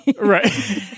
Right